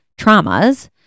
traumas